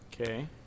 Okay